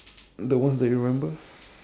the ones that you remember